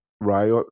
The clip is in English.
right